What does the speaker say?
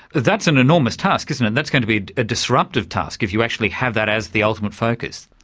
that's an enormous task, isn't it, that's going to be a disruptive task if you actually have that as the ultimate focus.